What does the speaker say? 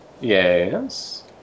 Yes